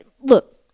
Look